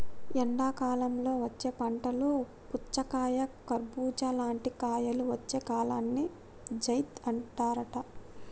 ఎండాకాలంలో వచ్చే పంటలు పుచ్చకాయ కర్బుజా లాంటి కాయలు వచ్చే కాలాన్ని జైద్ అంటారట